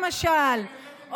למשל,